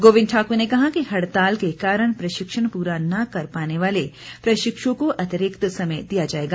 गोविंद ठाकुर ने कहा कि हड़ताल के कारण प्रशिक्षण पूरा न कर पाने वाले प्रशिक्षुओं को अतिरिक्त समय दिया जाएगा